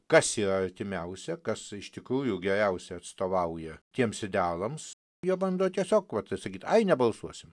kas yra artimiausia kas iš tikrųjų geriausiai atstovauja tiems idealams jie bando tiesiog vat sakyt ai nebalsuosim